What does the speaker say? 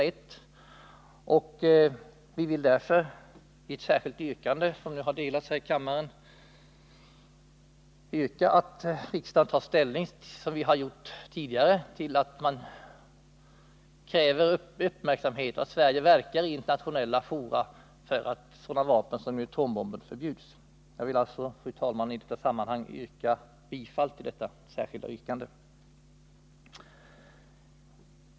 Vi har därför framställt följande särskilda yrkande, som delats ut i kammaren: att riksdagen med anledning av motionen 1978/79:1768 hos regeringen hemställer att Sverige i det fortsatta arbetet i olika nedrustningsorgan kraftfullt verkar för att nya typer av kärnvapen, som t.ex. neutronbomben, förbjuds. Jag vill alltså, fru talman, hemställa om bifall till detta yrkande.